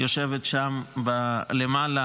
יושבת שם למעלה,